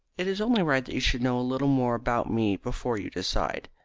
it is only right that you should know a little more about me before you decide.